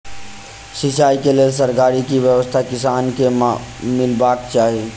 सिंचाई केँ लेल सरकारी की व्यवस्था किसान केँ मीलबाक चाहि?